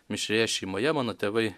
mišrioje šeimoje mano tėvai